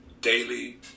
daily